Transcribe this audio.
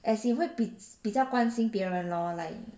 as even 会比比较关心别人 lor like